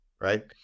right